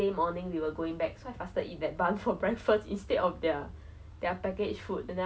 oh no I think maybe another girl found the worm and then the one like